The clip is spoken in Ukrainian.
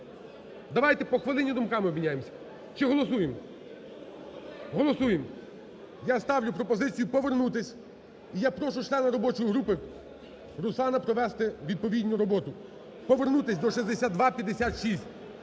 Давайте по хвилині думками обміняємося. Чи голосуємо? Голосуємо. Я ставлю пропозицію повернутись і я прошу членів робочої групи Руслана провести відповідну роботу, повернутись до 6256.